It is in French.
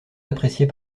appréciés